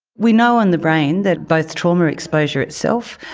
we know in the brain that both trauma exposure itself,